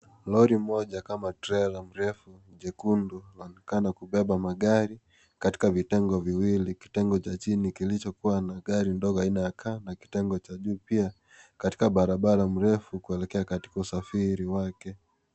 Lori moja kama trela mrefu jekundu linaonekana kubeba magari katika vitengo viwili, kitengo cha chini kilichokua na gari ndogo aina ya car na kitengo cha juu pia katika barabara mrefu kuelekea katika usafiri wake.